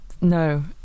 no